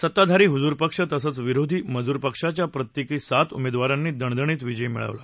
सत्ताधारी हुजूर पक्ष तसंच विरोधी मजूर पक्षाच्या प्रत्येकी सात उमेदवारांनी दणदणीत विजय मिळवला